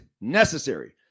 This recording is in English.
necessary